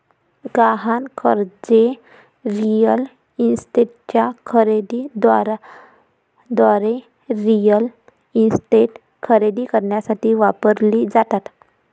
गहाण कर्जे रिअल इस्टेटच्या खरेदी दाराद्वारे रिअल इस्टेट खरेदी करण्यासाठी वापरली जातात